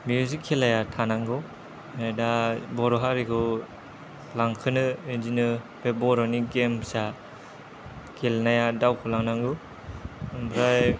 बेबादि खेलाया थानांगौ ओमफ्राय दा बर' हारिखौ लांखोनो बिदिनो बे बर'नि गेम्स आ गेलेनाया दावखोलांनांगौ ओमफ्राय